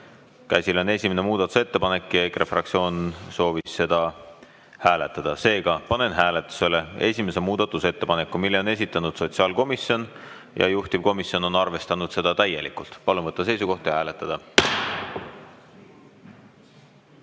Käsil on esimene muudatusettepanek ja EKRE fraktsioon soovis seda hääletada. Seega, panen hääletusele esimese muudatusettepaneku, mille on esitanud sotsiaalkomisjon ja mida juhtivkomisjon on arvestanud täielikult. Palun võtta seisukoht ja hääletada!